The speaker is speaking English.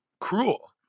cruel